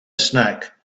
snack